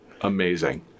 Amazing